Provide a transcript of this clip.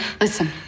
listen